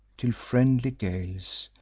till friendly gales,